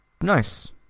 nice